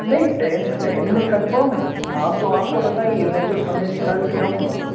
नहीं ten ten में confirm है आप तो आपका बताइए मैं तो समय निकालकर आऊँगा